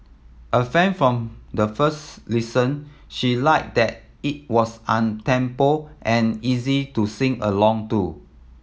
a fan from the first listen she liked that it was temple and easy to sing along to